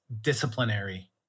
disciplinary